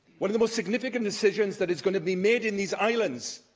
one of the most significant decisions that is going to be made in these islands,